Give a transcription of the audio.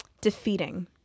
defeating